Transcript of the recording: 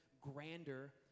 grander